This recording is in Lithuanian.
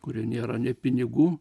kuri nėra ne pinigų